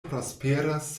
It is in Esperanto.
prosperas